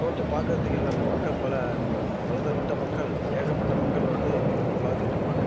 தோற்றம் பார்க்கறதுக்கே எல்லாமே மக்கள் பல பலதரப்பட்ட மக்கள் ஏகப்பட்ட மக்கள் வந்து குவிஞ்சு பார்த்துக்கிட்டு இருப்பாங்க